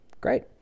Great